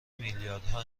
میلیاردها